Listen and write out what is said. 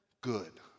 Good